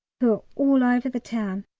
who are all over the town.